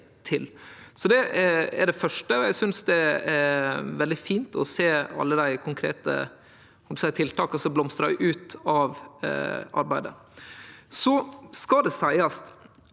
Det er det første. Eg synest det er veldig fint å sjå alle dei konkrete tiltaka som blomstrar ut av arbeidet. Så skal det seiast